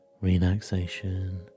relaxation